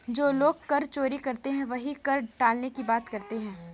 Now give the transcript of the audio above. जो लोग कर चोरी करते हैं वही कर टालने की बात करते हैं